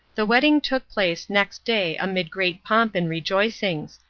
the wedding took place next day amidst great pomp and rejoicings.